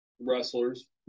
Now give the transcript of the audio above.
wrestlers